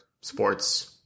sports